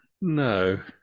No